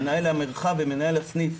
מנהל המרחב ומנהל הסעיף,